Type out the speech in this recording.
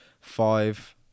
five